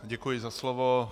Děkuji za slovo.